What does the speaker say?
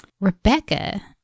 Rebecca